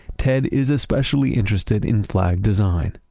ted is especially interested in flag design.